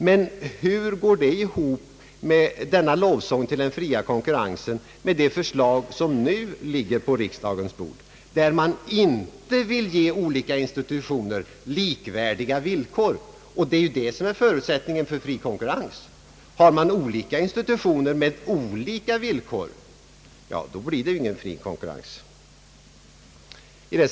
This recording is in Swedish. Men hur går denna lovsång till den fria konkurrensen ihop med det förslag som nu ligger på riksdagens bord, där man inte vill ge olika institutioner likvärdiga villkor? Det är ju det som är förutsättningen för en fri konkurrens. Har man olika institutioner med olika villkor blir det ingen fri konkurrens.